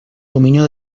dominio